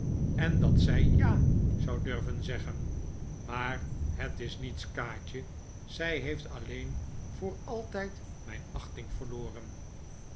en dat zij ja zou durven zeggen m'aar het is niets kaatje zij heeft alleen voor altijd mijn achting verloren